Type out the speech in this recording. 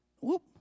Whoop